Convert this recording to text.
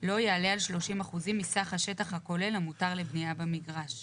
לא יעלה על 30 אחוזים מסך השטח הכולל המותר לבנייה במגרש,